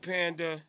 Panda